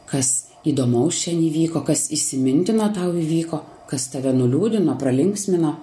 kas įdomaus čia įvyko kas įsimintino tau įvyko kas tave nuliūdino pralinksmino